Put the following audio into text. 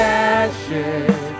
ashes